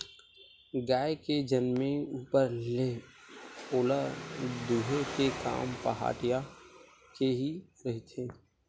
गाय के जनमे ऊपर ले ओला दूहे के काम पहाटिया के ही रहिथे